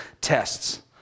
tests